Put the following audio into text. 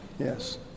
Yes